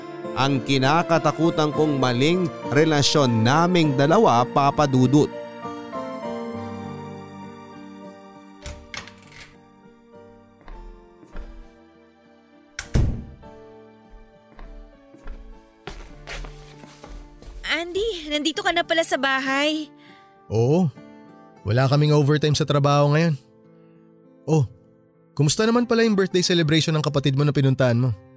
ang kinakatakutan kong maling relasyon naming dalawa, Papa Dudut. Andy, nandito ka na pala sa bahay. Oo. Wala kaming overtime sa trabaho ngayon. Oh, kumusta naman pala yung birthday celebration ng kapatid mo na pinuntahan mo?